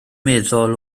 meddwl